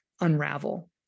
unravel